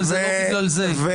אבל לא בגלל זה,